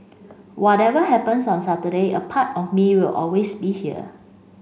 whatever happens on Saturday a part of me will always be here